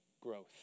growth